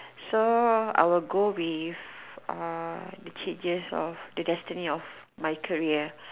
so I will go with uh the changes of the destiny of my career